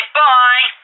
bye